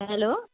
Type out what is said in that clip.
hello